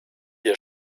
ihr